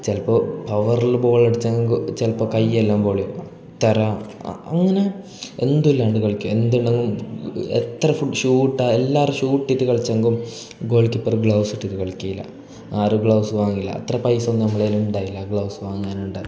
ചിലപ്പോൾ പവറിൽ ബോളടിച്ചാങ്ക് ചിലപ്പം കൈ എല്ലാം പൊളിയും അത്തറ അങ്ങനെ എന്തുമില്ലാണ്ട് കളിക്കും എന്തുമില്ല എത്ര ഫുട് ഷൂ ഇട്ടാൽ എല്ലാവരും ഷൂ ഇട്ടിട്ട് കളിച്ചെങ്കും ഗോളിക്ക് പെർ ഗ്ലൗസ് ഇട്ടിട്ട് കളിക്കേയില്ല ആറ് ഗ്ലൗസ് വാങ്ങില്ല അത്ര പൈസയൊന്നും നമ്മുടെ കൈയ്യിൽ ഉണ്ടായില്ല ഗ്ലൗസ് വാങ്ങാനുണ്ട